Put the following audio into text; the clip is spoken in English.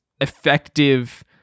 effective